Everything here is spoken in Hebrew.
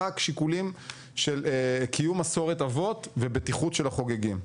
רק שיקולים של קיום מסורת אבות ובטיחות של החוגגים.